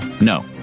no